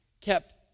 kept